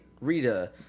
Rita